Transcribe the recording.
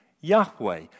Yahweh